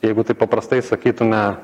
jeigu taip paprastai sakytume